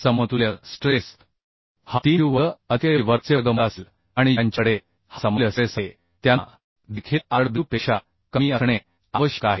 समतुल्य स्ट्रेस हा 3 Q वर्ग अधिकFb वर्ग चे वर्गमूळ असेल आणि ज्यांच्याकडे हा समतुल्य स्ट्रेस आहे त्यांना देखील Rw पेक्षा कमी असणे आवश्यक आहे